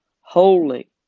holy